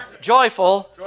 joyful